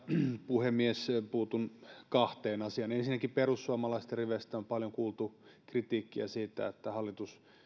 puhemies puutun kahteen asiaan ensinnäkin perussuomalaisten riveistä on paljon kuultu kritiikkiä siitä että hallitus